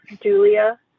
Julia